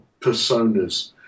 personas